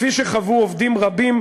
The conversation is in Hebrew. כפי שחוו עובדים רבים,